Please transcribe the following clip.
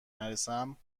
نرسم